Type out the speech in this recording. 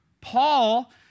Paul